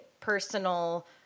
personal